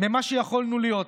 ממה שיכולנו להיות.